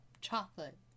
chocolate